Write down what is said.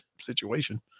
situation